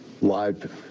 live